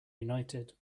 united